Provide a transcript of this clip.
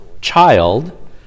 child